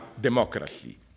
democracy